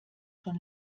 schon